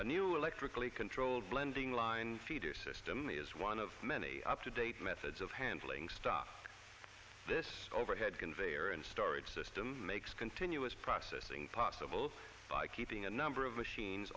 a new electrically controlled blending line feeder system is one of many up to date methods of handling stuff this overhead conveyer and storage system makes continuous processing possible by keeping a number of machines